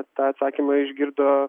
tą atsakymą išgirdo